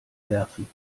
werfen